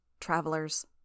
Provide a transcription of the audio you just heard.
travelers